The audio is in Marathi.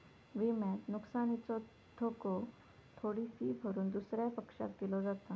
विम्यात नुकसानीचो धोको थोडी फी भरून दुसऱ्या पक्षाक दिलो जाता